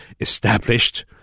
established